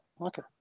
Okay